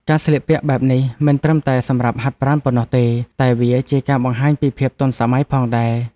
ការស្លៀកពាក់បែបនេះមិនត្រឹមតែសម្រាប់ហាត់ប្រាណប៉ុណ្ណោះទេ តែវាជាការបង្ហាញពីភាពទាន់សម័យផងដែរ។